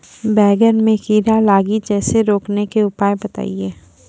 बैंगन मे कीड़ा लागि जैसे रोकने के उपाय बताइए?